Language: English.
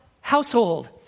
household